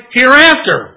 hereafter